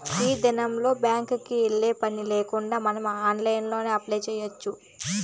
ఈ దినంల్ల బ్యాంక్ కి పోయే పనిలేకుండా మనం ఆన్లైన్లో అప్లై చేయచ్చు